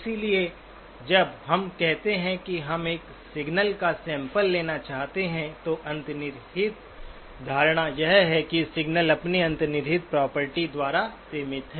इसलिए जब हम कहते हैं कि हम एक सिग्नल का सैंपल लेना चाहते हैं तो अंतर्निहित धारणा यह है कि सिग्नल अपनी अंतर्निहित प्रॉपर्टी द्वारा सीमित है